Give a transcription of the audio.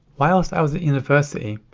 whilst i was at university,